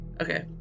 Okay